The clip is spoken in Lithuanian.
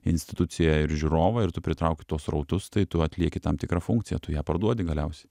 institucija ir žiūrovą ir tų pritrauki tuos srautus tai tu atlieki tam tikrą funkciją tu ją parduodi galiausiai